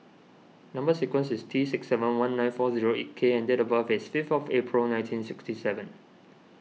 Number Sequence is T six seven one nine four zero eight K and date of birth is fifth April nineteen sixty seven